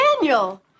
Daniel